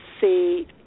see